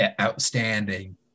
outstanding